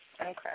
Okay